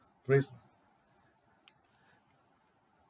praise